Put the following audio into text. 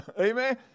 Amen